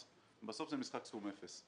בסוף זה משחק סכום אפס.